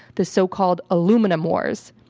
the so-called aluminum wars.